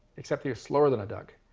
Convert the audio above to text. except he was slower than a duck.